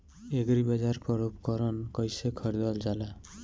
एग्रीबाजार पर उपकरण कइसे खरीदल जाला?